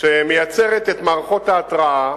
שמייצרת את מערכות ההתרעה,